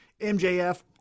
MJF